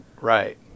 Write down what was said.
Right